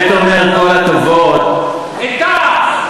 אני מנעתי, אני באמת אומר, כל הכבוד, את תע"ש.